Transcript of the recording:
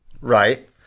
Right